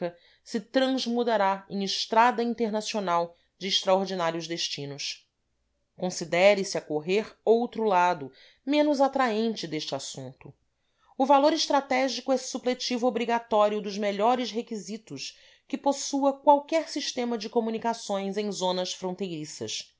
se transmudará em estrada internacional de extraordinários destinos considere se a correr outro lado menos atraente deste assunto o valor estratégico é supletivo obrigatório dos melhores requisitos que possua qualquer sistema de comunicações em zonas fronteiriças